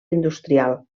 industrial